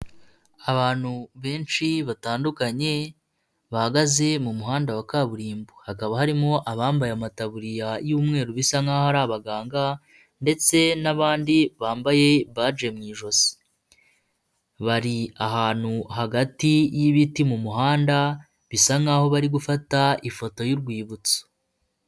Abantu benshi batandukanye, bahagaze mu muhanda wa kaburimbo. Hakaba harimo abambaye amataburiya y'umweru bisa nkaho ari abaganga, ndetse n'abandi bambaye baje mu ijosi. Bari ahantu hagati y'ibiti mu muhanda, bisa nkaho bari gufata ifoto y'urwibutso.